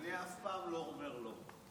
אני אף פעם לא אומר לא.